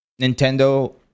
Nintendo